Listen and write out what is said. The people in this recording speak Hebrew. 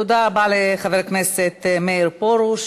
תודה רבה לחבר הכנסת מאיר פרוש.